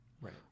right